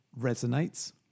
resonates